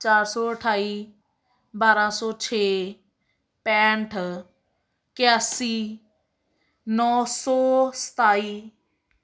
ਚਾਰ ਸੌ ਅਠਾਈ ਬਾਰਾਂ ਸੌ ਛੇ ਪੈਂਹਠ ਇਕਾਸੀ ਨੌਂ ਸੌ ਸਤਾਈ